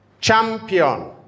champion